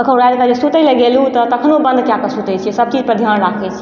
कखनो राइत कऽ जे सुतै लऽ गेलू तऽ तखनो बन्द कैकऽ सुतै छियै सभचीज पर ध्यान राखै छियै